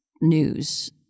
news